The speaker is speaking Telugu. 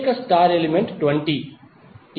వ్యతిరేక స్టార్ ఎలిమెంట్ 20